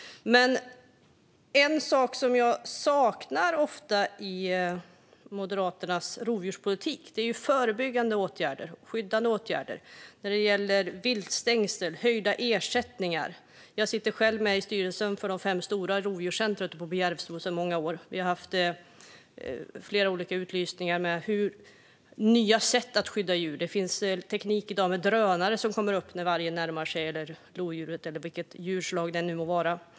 Men en sak som jag ofta saknar i Moderaternas rovdjurspolitik är förebyggande och skyddande åtgärder. Det gäller till exempel viltstängsel och höjda ersättningar. Jag sitter själv med i styrelsen för De 5 stora, rovdjurscentret i Järvsö, sedan många år. Vi har haft flera olika utlysningar av nya sätt att skydda djur. Det finns teknik i dag där drönare kommer upp när vargen, lodjuret eller vilket djurslag det nu må vara närmar sig.